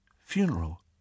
funeral